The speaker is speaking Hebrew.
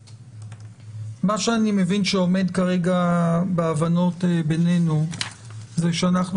מה שאני מבין שעומד כרגע בהבנות בינינו זה שאנחנו